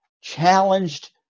challenged